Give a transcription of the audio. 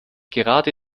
gerade